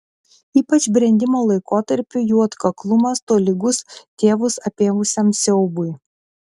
ypač brendimo laikotarpiu jų atkaklumas tolygus tėvus apėmusiam siaubui